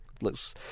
looks